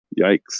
yikes